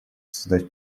создать